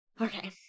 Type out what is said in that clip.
Okay